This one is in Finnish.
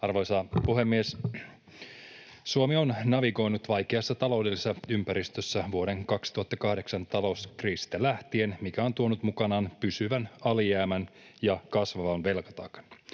Arvoisa puhemies! Suomi on navigoinut vaikeassa taloudellisessa ympäristössä vuoden 2008 talouskriisistä lähtien, mikä on tuonut mukanaan pysyvän alijäämän ja kasvavan velkataakan.